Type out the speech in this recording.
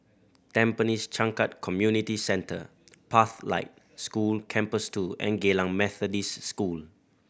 Tampines Changkat Community Centre Pathlight School Campus Two and Geylang Methodist School